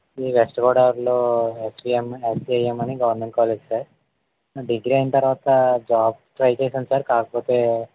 ఈ వెస్ట్ గోదావరిలో SBM SBAM అని గవర్నమెంట్ కాలేజ్ సార్ డిగ్రీ అయిన తర్వాత జాబ్ ట్రై చేసాను సార్ కాకపోతే